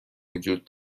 وجود